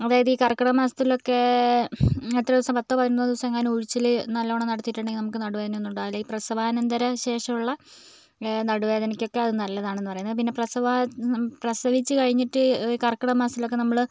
അതായത് ഈ കർക്കിടകമാസത്തിലൊക്കെ എത്രയോ ദിവസം പത്തുപതിനൊന്ന് ദിവസം എങ്ങാനും ഉഴിച്ചിൽ നല്ലോണം നടത്തിട്ടുണ്ടെങ്കിൽ നമുക്ക് നടുവേദന ഒന്നും ഉണ്ടാവില്ല ഈ പ്രസവാനന്തര ശേഷമുള്ള നടുവേദനക്കൊക്കെ അത് നല്ലതാണെന്ന് പറയും പിന്നെ പ്രസവ പിന്നെ പ്രസവിച്ച് കഴിഞ്ഞിട്ട് കർക്കിടക മാസത്തിലൊക്കെ നമ്മൾ